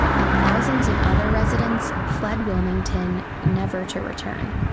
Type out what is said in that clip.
and thousands of other residents fled wilmington, never to return.